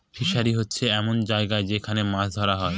fishery হচ্ছে এমন জায়গা যেখান মাছ ধরা হয়